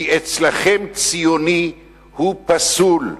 כי אצלכם ציוני הוא פסול.